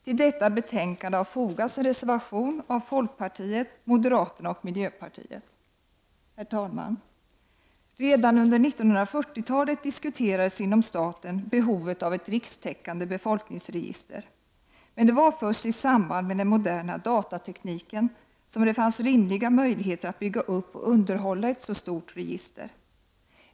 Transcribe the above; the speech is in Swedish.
Till detta betänkande har fogats en reservation av folkpartiet, moderaterna och miljöpartiet. Redan under 1940-talet diskuterades inom staten behovet av ett rikstäckande befolkningsregister. Men det var först i samband med den moderna datatekniken som det fanns rimliga möjligheter att bygga upp och underhålla ett så stort register.